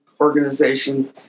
organization